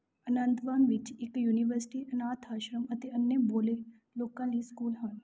ਆਨੰਦਵਾਨ ਵਿੱਚ ਇੱਕ ਯੂਨੀਵਰਸਿਟੀ ਅਨਾਥ ਆਸ਼ਰਮ ਅਤੇ ਅੰਨ੍ਹੇ ਬੋਲ਼ੇ ਲੋਕਾਂ ਲਈ ਸਕੂਲ ਹਨ